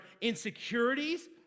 insecurities